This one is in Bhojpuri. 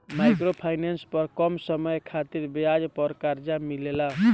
माइक्रो फाइनेंस पर कम समय खातिर ब्याज पर कर्जा मिलेला